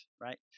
right